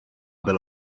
byl